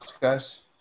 Guys